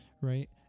right